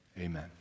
Amen